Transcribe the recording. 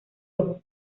ojo